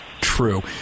true